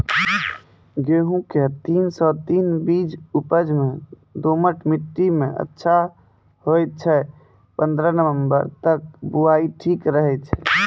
गेहूँम के तीन सौ तीन बीज उपज मे दोमट मिट्टी मे अच्छा होय छै, पन्द्रह नवंबर तक बुआई ठीक रहै छै